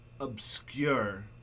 obscure